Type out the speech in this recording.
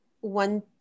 one